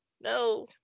no